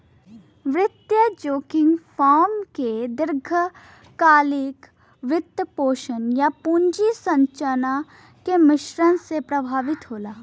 वित्तीय जोखिम फर्म के दीर्घकालिक वित्तपोषण, या पूंजी संरचना के मिश्रण से प्रभावित होला